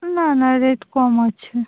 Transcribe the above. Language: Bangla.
না না রেট কম আছে